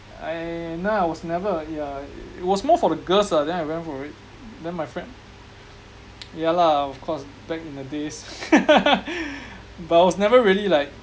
I no I was never a yeah it was more for the girls lah then I went for it then my friend ya lah of course back in the days but I was never really like